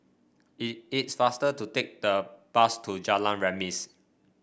it is faster to take the bus to Jalan Remis